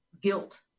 guilt